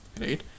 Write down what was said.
right